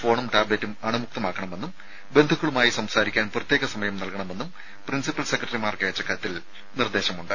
ഫോണും ടാബ് അണുമുക്തമാക്കണമെന്നും ലറ്റും സംസാരിക്കാൻ പ്രത്യേക സമയം നൽകണമെന്നും പ്രിൻസിപ്പൽ സെക്രട്ടറിമാർക്കയച്ച കത്തിൽ നിർദ്ദേശമുണ്ട്